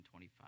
25